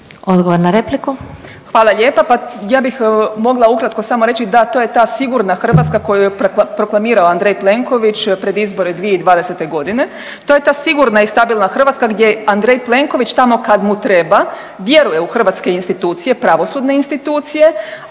Mirela (SDP)** Hvala lijepa. Pa ja bih mogla ukratko samo reći da to je ta sigurna Hrvatska koju je proklamirao Andrej Plenković pred izbore 2020. godine, to je ta sigurna i stabilna Hrvatska gdje Andrej Plenković tamo kada mu treba vjeruje u hrvatske institucije, pravosudne institucije,